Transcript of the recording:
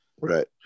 Right